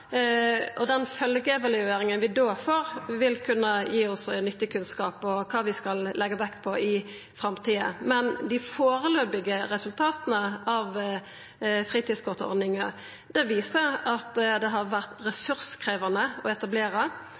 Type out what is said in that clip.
Den følgjeevalueringa vi da får, vil kunna gi oss nyttig kunnskap om kva vi skal leggja vekt på i framtida. Dei foreløpige resultata av fritidskortordninga viser at ho har vore ressurskrevjande å etablera.